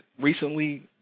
recently